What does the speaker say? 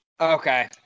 Okay